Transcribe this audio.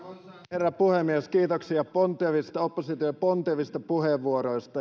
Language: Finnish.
herra puhemies kiitoksia opposition pontevista puheenvuoroista ja